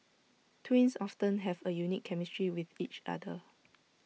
twins often have A unique chemistry with each other